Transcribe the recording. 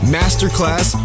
masterclass